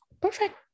Perfect